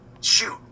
shoot